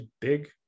big